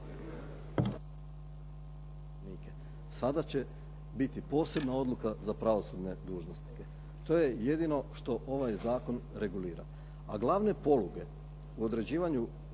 Sada će biti posebna odluka za pravosudne dužnosnike. To je jedino što ovaj zakon regulira a glavne poluge u određivanju